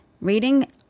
reading